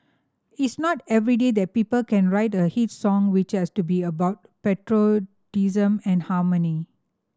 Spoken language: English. it's not every day that people can write a hit song which has to be about patriotism and harmony